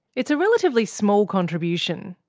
it's a relatively small contribution.